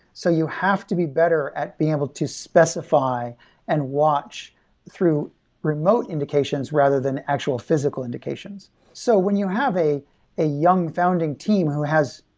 so you have to be better at being able to specify and watch through remote indications, rather than actual physical indications. so when you have a a young founding team who has,